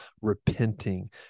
repenting